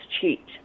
cheat